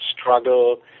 struggle